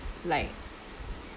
like